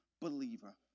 believer